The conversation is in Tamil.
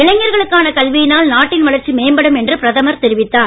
இளைஞர்களுக்கான கல்வியினால் நாட்டின் வளர்ச்சி மேம்படும் என்று பிரதமர் தெரிவித்தார்